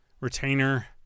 retainer